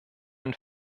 ein